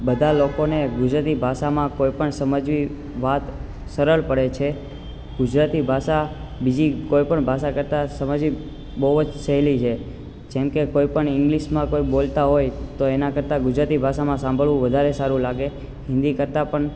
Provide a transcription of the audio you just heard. બધા લોકોને ગુજરાતી ભાષામાં કોઈ પણ સમજવી વાત સરળ પડે છે ગુજરાતી ભાષા બીજી કોઈ પણ ભાષા કરતાં સમજવી બહુ જ સહેલી છે જેમકે કોઈ પણ ઇંગ્લિશમાં બોલતા હોય તો એના કરતાં ગુજરાતી ભાષામાં સાંભળવું વધારે સારું લાગે હિન્દી કરતાં પણ